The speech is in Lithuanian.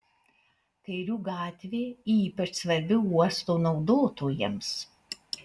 kairių gatvė ypač svarbi uosto naudotojams